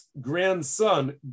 grandson